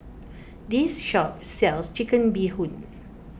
this shop sells Chicken Bee Hoon